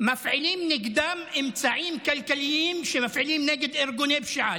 מפעילים נגדם אמצעים כלכליים שמפעילים נגד ארגוני פשיעה.